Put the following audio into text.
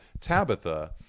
Tabitha